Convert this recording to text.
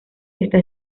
está